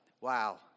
wow